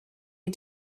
you